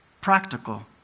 practical